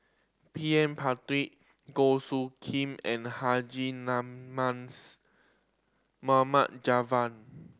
P M Pritt Goh Soo Khim and Haji Namazie Mohamed Javad